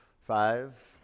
Five